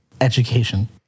education